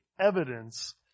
evidence